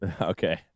okay